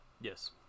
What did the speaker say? Yes